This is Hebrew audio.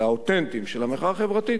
אלא האותנטיים של המחאה החברתית,